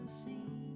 see